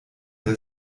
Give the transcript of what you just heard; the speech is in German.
der